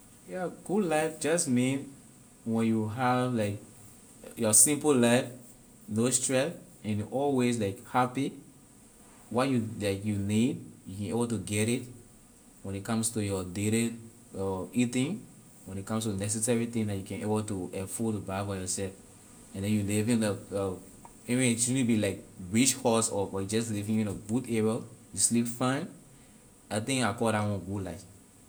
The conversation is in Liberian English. Yeah good life just mean when you have like your simple life no stress and always like happy what you like you need you can able to get it when ley comes to your eating when ley comes to necessary thing neh you can able to afford to buy for yourself and then you live in even you shouldn’t be like rich house or but you just living in a good area you sleep fine. I think I call la one good life.